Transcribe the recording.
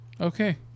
Okay